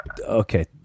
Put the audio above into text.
okay